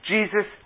Jesus